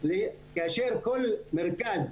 כאשר כל מרכז